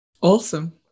awesome